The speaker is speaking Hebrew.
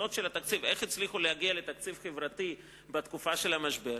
הסוד של התקציב: איך הצליחו להגיע לתקציב חברתי בתקופה של המשבר?